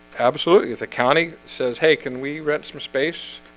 absolutely. if the county says hey, can we rent some space?